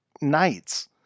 nights